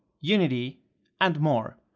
unity and more.